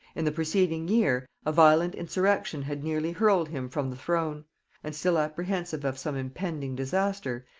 in the preceding year, a violent insurrection had nearly hurled him from the throne and still apprehensive of some impending disaster,